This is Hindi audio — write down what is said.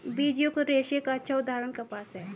बीजयुक्त रेशे का अच्छा उदाहरण कपास है